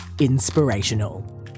inspirational